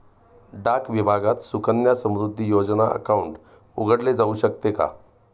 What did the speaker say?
डाक विभागात सुकन्या समृद्धी योजना अकाउंट उघडले जाऊ शकते का?